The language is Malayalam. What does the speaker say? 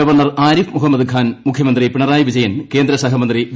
ഗവർണർ ആരിഫ് മുഹമ്മദ് ഖാൻ മുഖ്യമന്ത്രി പിണറായി വിജയൻ കേന്ദ്രസഹമന്ത്രി വി